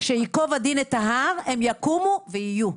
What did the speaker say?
שייקוב הדין את ההר והן יקומו ויהיו.